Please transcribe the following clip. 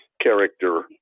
character